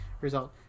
Result